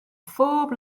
phob